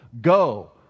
Go